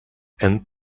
and